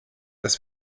das